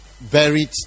buried